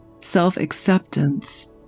self-acceptance